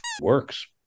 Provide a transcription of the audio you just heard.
works